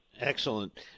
Excellent